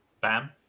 Bam